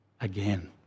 again